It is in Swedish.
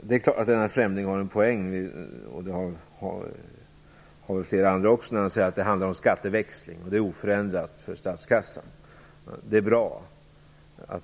Det är klart att denna förändring har en poäng - den har naturligtvis också flera andra poänger - när det handlar om skatteväxling. Det blir oförändrat för statskassan. Det är bra.